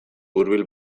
hurbil